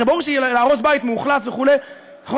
הרי ברור שלהרוס בית מאוכלס וכו' נכון,